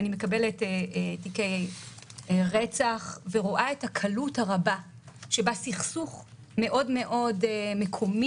אני מקבלת תיקי רצח ורואה את הקלות הרבה שבה סכסוך מאוד מאוד מקומי,